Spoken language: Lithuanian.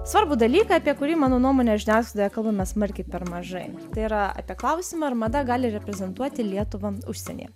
svarbų dalyką apie kurį mano nuomone žiniasklaidoje kalbame smarkiai per mažai tai yra apie klausimą ar mada gali reprezentuoti lietuvą užsienyje